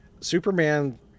Superman